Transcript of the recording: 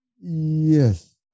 Yes